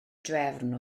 drefn